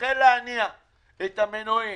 החל להניע את המנועים.